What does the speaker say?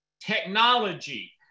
technology